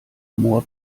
moor